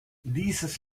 dieses